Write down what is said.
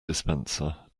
dispenser